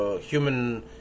human